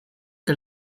que